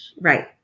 Right